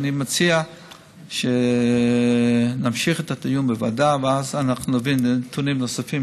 ואני מציע שנמשיך את הדיון בוועדה ואז אנחנו נביא נתונים נוספים,